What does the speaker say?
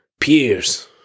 peers